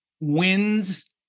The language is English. wins